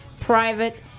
private